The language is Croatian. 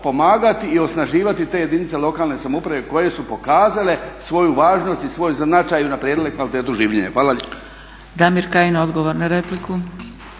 i osnaživati te jedinice lokalne samouprave koje su pokazale svoju važnost i svoj značaj i unaprijedile kvalitetu življenja. Hvala lijepo.